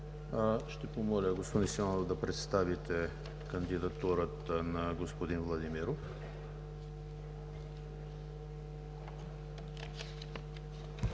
Ще помоля, господин Симеонов, да представите кандидатурата на господин Владимиров.